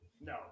No